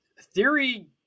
theory